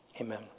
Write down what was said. amen